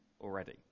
already